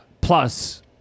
plus